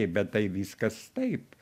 bet tai viskas taip